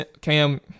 Cam